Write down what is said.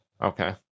Okay